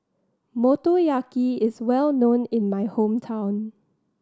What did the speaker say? Motoyaki is well known in my hometown